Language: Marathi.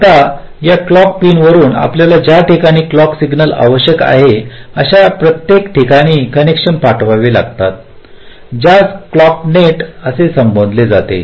आता या क्लॉक पिनवरुन आपल्याला ज्या ठिकाणी क्लॉक सिग्नल आवश्यक आहे अशा प्रत्येक ठिकाणी कनेक्शन पाठवावे लागतात ज्यास क्लॉक नेट असे संबोधले जाते